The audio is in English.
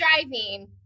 driving